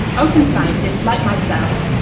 open scientists, like myself,